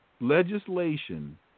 legislation